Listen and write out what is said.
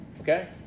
Okay